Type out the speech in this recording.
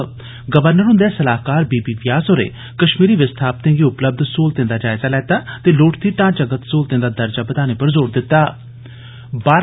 राज्यपाल हुंदे सलाहकार बी बी व्यास होरें कष्मीरी विस्थापतें गी उपलब्ध सहूलतें दा जायजा लैता ते लोड़चदी ढांचागत सहूलतें दा दर्जा बधाने पर जोर पाया ऐ